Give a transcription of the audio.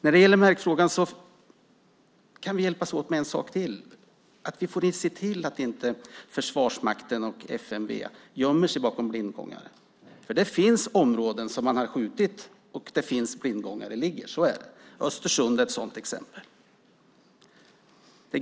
När det gäller markfrågan kan vi hjälpas åt med en sak till. Vi får se till att Försvarsmakten och FMV inte gömmer sig bakom blindgångare. Det finns områden där man har skjutit och där det finns blindgångare, så är det; Östersund är ett sådant exempel.